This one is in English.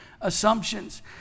assumptions